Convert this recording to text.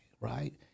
right